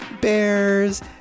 bears